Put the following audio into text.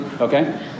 Okay